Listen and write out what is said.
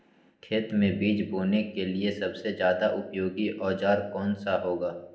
खेत मै बीज बोने के लिए सबसे ज्यादा उपयोगी औजार कौन सा होगा?